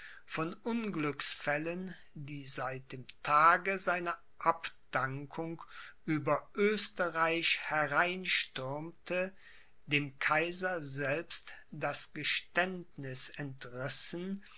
von unglücksfällen die seit dem tage seiner abdankung über oesterreich hereinstürmte dem kaiser selbst das geständniß entrissen